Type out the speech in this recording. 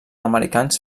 americans